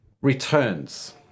Returns